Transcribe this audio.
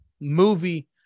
movie